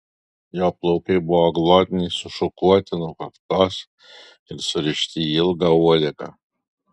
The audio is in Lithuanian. jo plaukai buvo glotniai sušukuoti nuo kaktos ir surišti į ilgą uodegą